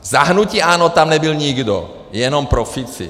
Za hnutí ANO tam nebyl nikdo, jenom profíci.